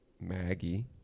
Maggie